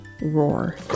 Roar